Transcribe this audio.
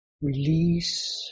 release